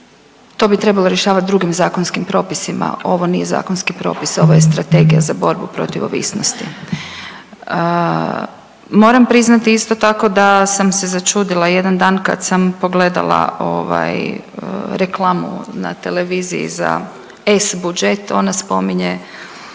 to bi trebalo rješavati drugim zakonskim propisima, ovo nije zakonski propis ovo je Strategija za borbu protiv ovisnosti. Moram priznati isto tako da sam se začudila jedan dan kad sam pogledala ovaj reklamu na televiziji za s-budget ona spominje